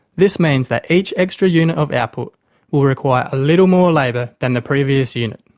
this means that each extra unit of output will require a little more labour than the previous unit.